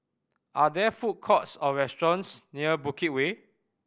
are there food courts or restaurants near Bukit Way